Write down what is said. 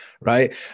Right